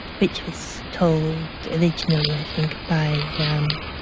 which was told originally, i think, by yeah um